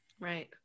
Right